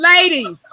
Ladies